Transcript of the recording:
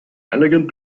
elegant